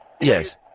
Yes